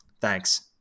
Thanks